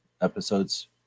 episodes